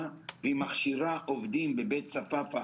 והיא מכשירה עובדים לבטיחות בבית צפאפה.